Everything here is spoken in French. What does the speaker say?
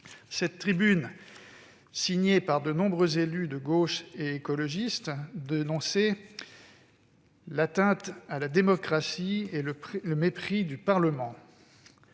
Cette tribune, signée par de nombreux élus de gauche et écologistes, dénonçait l'atteinte à la démocratie et le mépris du Parlement.